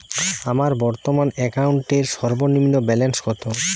আমার বর্তমান অ্যাকাউন্টের সর্বনিম্ন ব্যালেন্স কত?